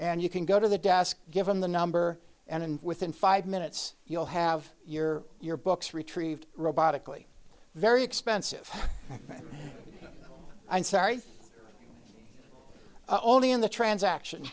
and you can go to the desk given the number and within five minutes you'll have your your books retrieved robotically very expensive i'm sorry only in the transaction